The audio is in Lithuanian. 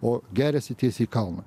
o geriasi tiesiai į kalną